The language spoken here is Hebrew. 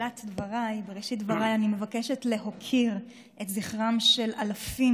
בראשית דבריי אני מבקשת להוקיר את זכרם של אלפים